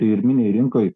pirminėj rinkoj